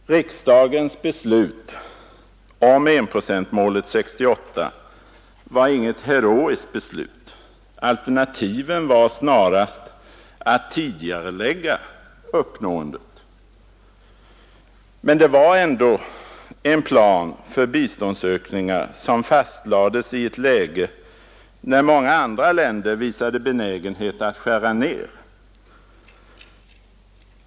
Riksdagens beslut om enprocentsmålet 1968 var inget heroiskt beslut. Alternativet var snarast att tidigarelägga uppnåendet. Men det var ändå en plan för biståndsökningar som fastlades i ett läge när många andra länder visade benägenhet att skära ner.